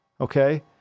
Okay